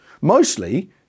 Mostly